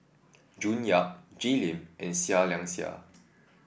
June Yap Jay Lim and Seah Liang Seah